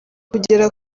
kugera